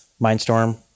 Mindstorm